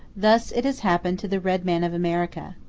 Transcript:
thus it has happened to the red man of america.